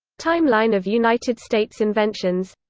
timeline of united states inventions